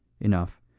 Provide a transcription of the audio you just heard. Enough